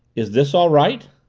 is this all right?